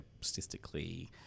statistically